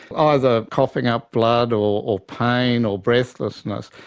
either coughing up blood or pain or breathlessness.